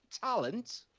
talent